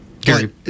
Gary